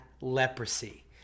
leprosy